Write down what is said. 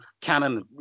canon